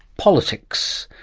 politics.